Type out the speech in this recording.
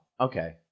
okay